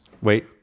Wait